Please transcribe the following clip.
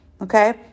Okay